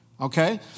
Okay